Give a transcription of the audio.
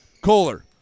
Kohler